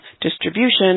distribution